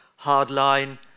hardline